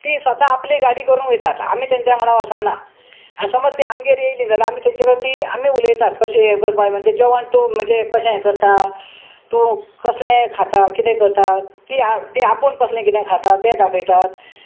ती स्वता आपली गाडी करून वयतात आमी तेंच्या वांगडा वसाना आनी समज ती आमगेर येयली जाल्यार आमी तेंचे कडे ती आमी उलयतात कशें हें करपा म्हणजे जेवण तूं म्हणजे कशें हें करता तूं कसलें खाता कितें करता तीं तीं आपूण कसलें कितें खाता तें दाखयतात